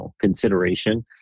consideration